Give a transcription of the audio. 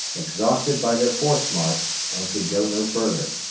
exhausted by their forced march, and could go no further,